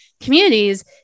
communities